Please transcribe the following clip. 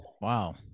Wow